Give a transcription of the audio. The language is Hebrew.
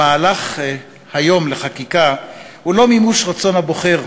מהלך החקיקה היום הוא לא מימוש רצון הבוחר.